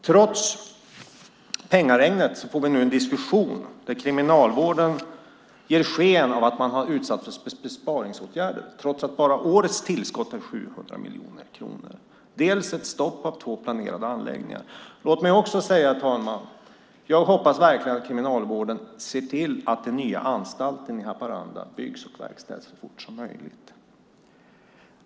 Trots pengaregnet får vi nu en diskussion där Kriminalvården ger sken av att man har utsatts för besparingsåtgärder, trots att bara årets tillskott är 700 miljoner kronor. Det blir stopp för två planerade anläggningar. Låt mig också säga, herr talman, att jag verkligen hoppas att Kriminalvården ser till att den nya anstalten i Haparanda byggs och verkställs så fort som möjligt.